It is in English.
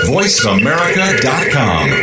VoiceAmerica.com